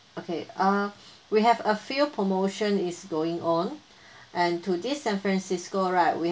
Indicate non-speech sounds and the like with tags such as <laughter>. okay uh <breath> we have a few promotion is going on <breath> and to this san francisco right we